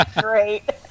great